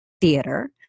theater